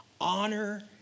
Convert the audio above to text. Honor